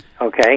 okay